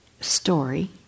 story